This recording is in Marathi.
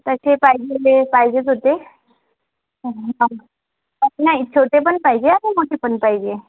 तठे पायझिले पाहिजेच होते नाही छोटे पण पाहिजे आणि मोठे पण पाहिजे